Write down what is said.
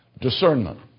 Discernment